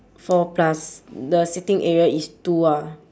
four plus the sitting area is two ah